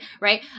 right